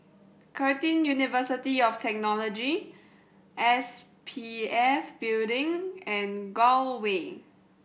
Curtin University of Technology S P F Building and Gul Way